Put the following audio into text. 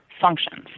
functions